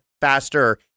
faster